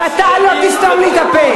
ואתה לא תסתום לי את הפה.